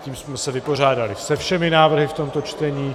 Tím jsme se vypořádali se všemi návrhy v tomto čtení.